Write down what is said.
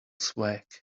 swag